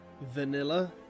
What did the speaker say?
vanilla